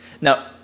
now